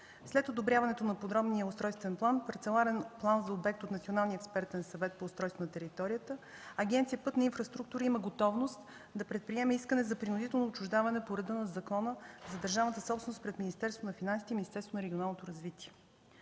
След одобряването на подробния устройствен план на парцеларен план за обект от Националния експертен съвет по устройство на територията, Агенция „Пътна инфраструктура” има готовност да предприеме искане за принудително отчуждаване по реда на Закона за държавната собственост пред Министерството на финансите и Министерството на регионалното развитие.